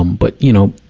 um but, you know,